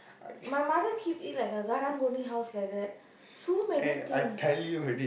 my mother keep it like a Karang-Guni house like that so many things